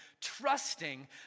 trusting